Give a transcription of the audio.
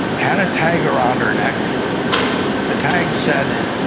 had a tag around her neck the tag said